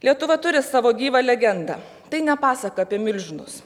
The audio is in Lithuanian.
lietuva turi savo gyvą legendą tai ne pasaka apie milžinus